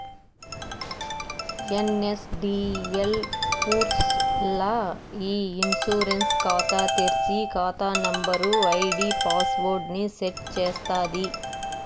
NSDL పూర్స్ ల్ల ఇ ఇన్సూరెన్స్ కాతా తెర్సి, కాతా నంబరు, ఐడీ పాస్వర్డ్ ని సెట్ చేస్తాది